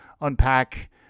unpack